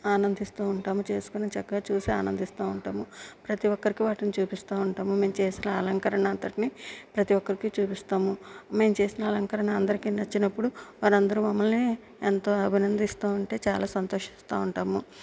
ఆనందిస్తూ ఉంటాము చేసుకోని చక్కగా చూసి ఆనందిస్తూ ఉంటాము ప్రతి ఒక్కరికి వాటిని చూపిస్తూ ఉంటాము మేము చేసిన అలంకరణ అంతటిని ప్రతి ఒక్కరికి చూపిస్తాము మేము చేసిన అలంకరణ అందరికి నచ్చినప్పుడు వాళ్ళందరూ మమ్మల్ని ఎంతో అభినందిస్తుంటే చాలా సంతోషిస్తా ఉంటాము